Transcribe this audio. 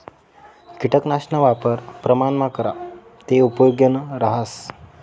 किटकनाशकना वापर प्रमाणमा करा ते उपेगनं रहास